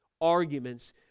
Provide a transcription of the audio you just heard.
arguments